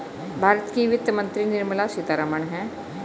भारत की वित्त मंत्री निर्मला सीतारमण है